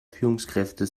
führungskräfte